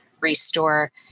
restore